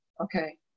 Okay